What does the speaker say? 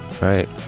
right